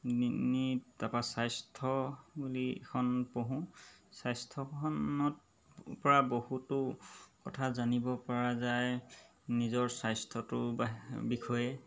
তাৰপৰা স্বাস্থ্য বুলি এখন পঢ়োঁ স্বাস্থ্যখনৰ পৰা বহুতো কথা জানিব পৰা যায় নিজৰ স্বাস্থ্যটোৰ বা বিষয়ে